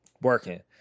working